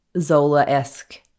zola-esque